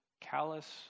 callous